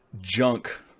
junk